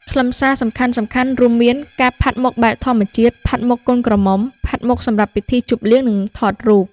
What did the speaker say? ខ្លឹមសារសំខាន់ៗរួមមាន ការផាត់មុខបែបធម្មជាតិ ផាត់មុខកូនក្រមុំ ផាត់មុខសម្រាប់ពិធីជប់លៀង និងថតរូប។